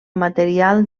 material